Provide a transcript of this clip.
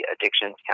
addictions